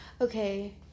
okay